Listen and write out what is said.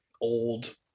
old